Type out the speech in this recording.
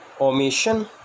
omission